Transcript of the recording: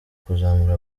kuzamura